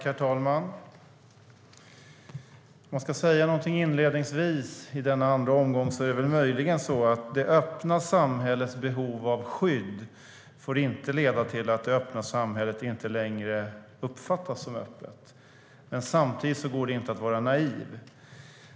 Herr talman! Om jag inledningsvis ska säga något i denna andra omgång är det möjligen att det öppna samhällets behov av skydd inte får leda till att det öppna samhället inte längre uppfattas som öppet. Men samtidigt går det inte att vara naiv.